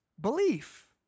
belief